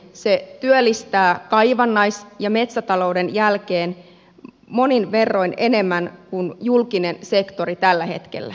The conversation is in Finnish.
se työllistää kaivannais ja metsätalouden jälkeen monin verroin enemmän kuin julkinen sektori tällä hetkellä